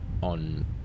on